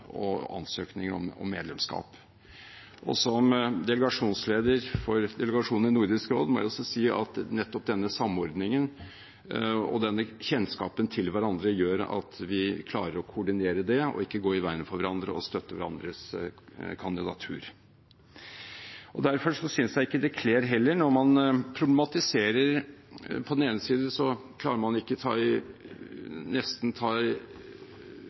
og ansøkning om medlemskap. Som delegasjonsleder for delegasjonen i Nordisk råd må jeg si at nettopp denne samordningen og denne kjennskapen til hverandre gjør at vi klarer å koordinere det og ikke går i veien for hverandre, men støtter hverandres kandidatur. Derfor synes jeg heller ikke det er kledelig når man problematiserer, når man nesten ikke klarer å ta i